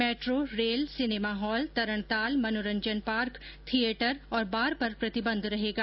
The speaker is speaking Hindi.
मेट्रो रेल सिनेमा हॉल तरणताल मनोरंजन पार्क थियेटर और बार पर प्रतिबंध रहेगा